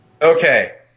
Okay